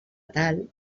tal